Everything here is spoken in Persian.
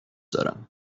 دارم